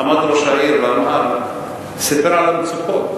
עמד ראש העיר וסיפר על המצוקות.